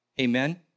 Amen